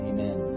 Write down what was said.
Amen